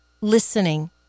listening